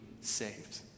saved